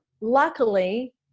Luckily